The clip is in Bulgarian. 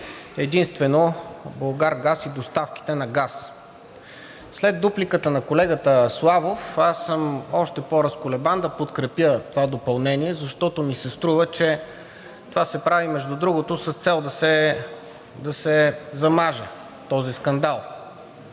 единствено „Булгаргаз“ и доставките на газ. След дупликата на колегата Славов аз съм още по-разколебан да подкрепя това допълнение, защото ми се струва, че това се прави, между другото, с цел да се замаже този скандал.